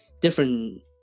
different